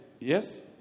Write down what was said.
Yes